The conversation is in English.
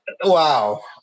Wow